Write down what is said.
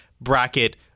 bracket